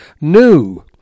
new